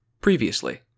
Previously